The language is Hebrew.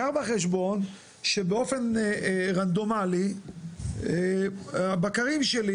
קח בחשבון שבאופן רנדומלי הבקרים שלי